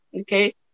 Okay